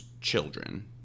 children